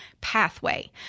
pathway